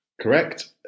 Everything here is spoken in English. Correct